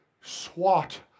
swat